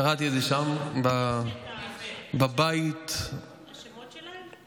קראתי את זה שם, בבית, יש שמות שלהם?